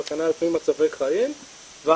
במצבי חיים וכן הלאה וכן הלאה,